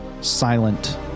silent